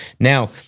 now